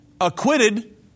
acquitted